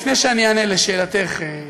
לפני שאענה על שאלתך,